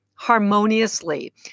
Harmoniously